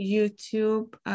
YouTube